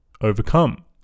overcome